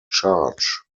charge